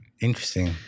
Interesting